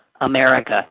America